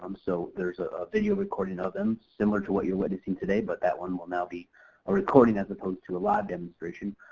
um so there's a video recording of ah them similar to what you're witnessing today, but that one will now be a recording as opposed to a live demonstration.